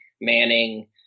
Manning